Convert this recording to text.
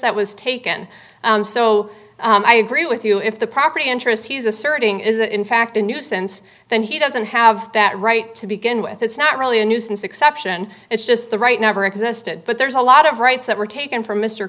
that was taken so i agree with you if the property interest he's asserting is in fact a nuisance then he doesn't have that right to begin with it's not really a nuisance exception it's just the right never existed but there's a lot of rights that were taken from m